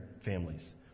families